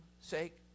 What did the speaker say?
sake